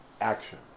action